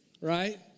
Right